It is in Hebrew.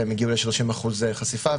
והם הגיעו ל-30% חשיפה,